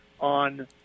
on